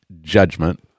judgment